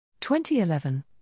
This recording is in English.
2011